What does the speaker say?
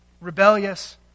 rebellious